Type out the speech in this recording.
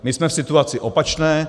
My jsme v situaci opačné.